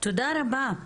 תודה רבה,